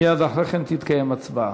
מייד אחרי כן תתקיים הצבעה.